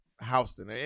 Houston